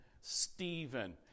Stephen